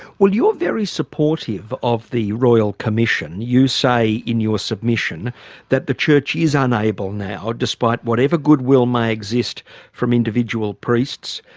well you're very supportive of the royal commission, you say in your submission that the church is unable now, despite whatever good will may exist from individual priests,